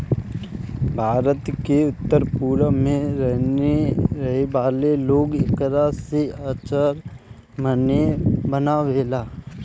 भारत के उत्तर पूरब में रहे वाला लोग एकरा से अचार बनावेला